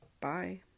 Bye